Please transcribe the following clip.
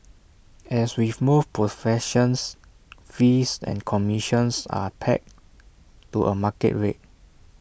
as with most professions fees and commissions are pegged to A market rate